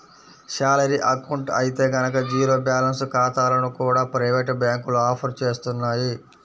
salary account అయితే గనక zero balance ఖాతాలను కూడా ప్రైవేటు బ్యాంకులు ఆఫర్ చేస్తున్నాయి